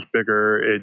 bigger